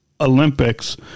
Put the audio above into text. olympics